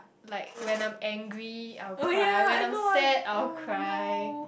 like when I'm angry I will cry when I'm sad I will cry